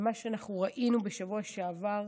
ומה שאנחנו ראינו בשבוע שעבר,